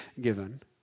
given